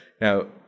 Now